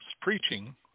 preaching